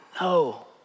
No